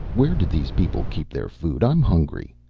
where did these people keep their food? i'm hungry.